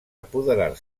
apoderar